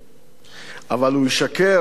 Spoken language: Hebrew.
אבל הוא ישקר ועוד איך